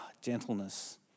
gentleness